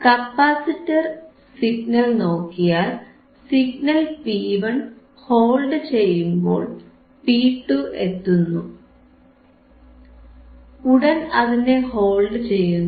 capacitor signal നോക്കിയാൽ signal P1 hold ചെയ്യുമ്പോൾ P2 എത്തുന്നു ഉടൻ അതിനെ ഹോൾഡ് ചെയ്യുന്നു